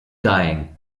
dying